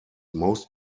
most